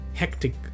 hectic